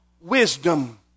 wisdom